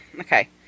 okay